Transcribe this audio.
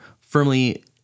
firmly